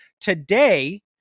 today